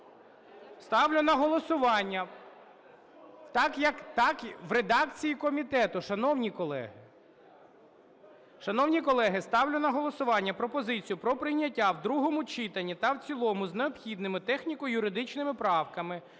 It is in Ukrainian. ставлю на голосування пропозицію про прийняття в другому читанні та в цілому з необхідними техніко-юридичними правками